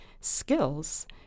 skills